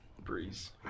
Breeze